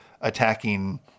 attacking